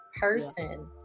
person